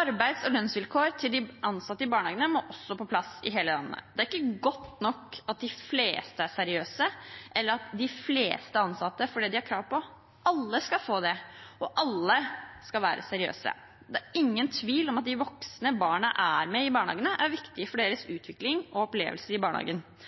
Arbeids- og lønnsvilkår til de ansatte i barnehagene må også på plass i hele landet. Det er ikke godt nok at de fleste er seriøse, eller at de fleste ansatte får det de har krav på – alle skal få det. Og alle skal være seriøse. Det er ingen tvil om at de voksne barna er sammen med i barnehagene, er viktig for deres utvikling og opplevelser i barnehagen.